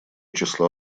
число